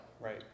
Right